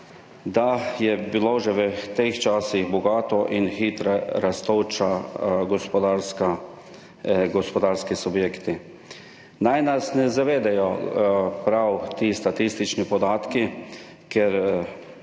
da so bili že v teh časih bogato in hitro rastoči gospodarski subjekti. Naj nas ne zavedajo prav ti statistični podatki, da